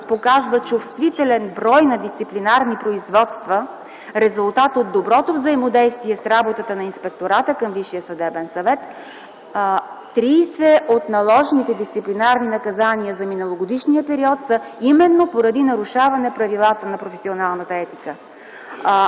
показва чувствителен брой на дисциплинарни производства, резултат от доброто взаимодействие с работата на Инспектората към Висшия съдебен съвет, 30 от наложените дисциплинарни наказания за миналогодишния период са поради нарушаване правилата на професионалната етика.